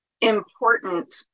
important